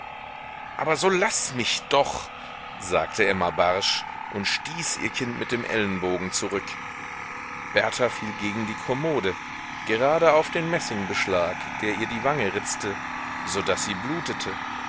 aber so laß mich doch sagte emma barsch und stieß ihr kind mit dem ellenbogen zurück berta fiel gegen die kommode gerade auf den messingbeschlag der ihr die wange ritzte so daß sie blutete